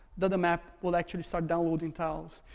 that the map will actually start downloading tiles.